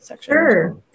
Sure